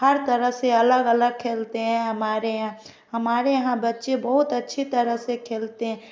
हर तरह से अलग अलग खेलते है हमारे यहाँ हमारे यहाँ बच्चे बहुत अच्छी तरह से खेलते हैं